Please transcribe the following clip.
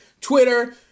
Twitter